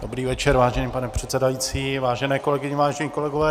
Dobrý večer, vážený pane předsedající, vážené kolegyně, vážení kolegové.